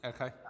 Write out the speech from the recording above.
Okay